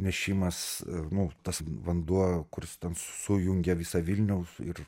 nešimas nu tas vanduo kuris sujungia visą vilniaus ir